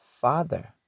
father